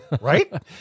Right